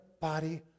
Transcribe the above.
body